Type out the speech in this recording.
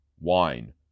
wine